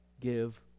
give